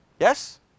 Yes